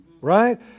Right